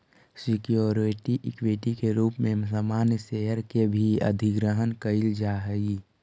security equity के रूप में सामान्य शेयर के भी अधिग्रहण कईल जा हई